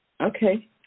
Okay